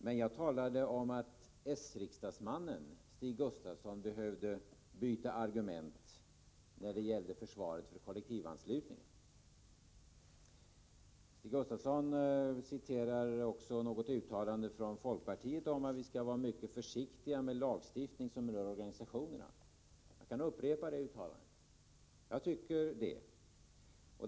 Vad jag talade om var att s-riksdagsmannen Stig Gustafsson behövde byta argument när det gällde försvaret för kollektivanslutningen. Stig Gustafsson citerade ett uttalande från folkpartiet om att vi skall vara mycket försiktiga med lagstiftning som rör organisationerna. Jag kan upprepa det uttalandet. Det överensstämmer med min uppfattning.